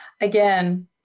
again